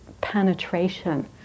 penetration